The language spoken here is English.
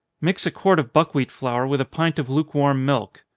mix a quart of buckwheat flour with a pint of lukewarm milk,